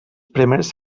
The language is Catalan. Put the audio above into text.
primeres